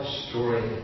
story